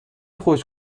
خوش